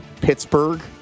Pittsburgh